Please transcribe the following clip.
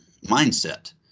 mindset